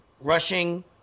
rushing